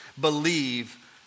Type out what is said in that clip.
believe